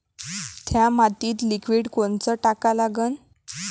थ्या मातीत लिक्विड कोनचं टाका लागन?